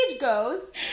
goes